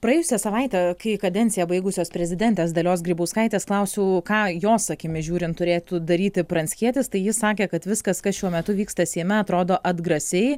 praėjusią savaitę kai kadenciją baigusios prezidentės dalios grybauskaitės klausiau ką jos akimis žiūrint turėtų daryti pranckietis tai ji sakė kad viskas kas šiuo metu vyksta seime atrodo atgrasiai